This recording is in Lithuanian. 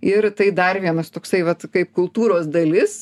ir tai dar vienas toksai vat kaip kultūros dalis